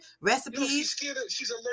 recipes